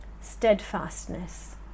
steadfastness